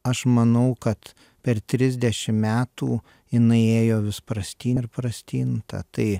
aš manau kad per trisdešim metų jinai ėjo vis prastyn ir prastyn ta tai